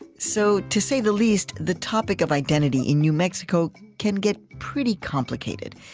so to say the least, the topic of identity in new mexico can get pretty complicated.